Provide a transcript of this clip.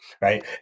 right